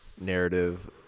narrative